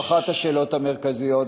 או אחת השאלות המרכזיות,